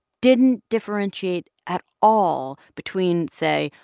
didn't differentiate at all between, say,